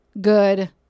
good